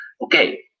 Okay